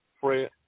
Fred